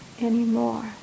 anymore